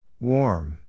Warm